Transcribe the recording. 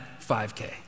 5K